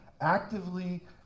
actively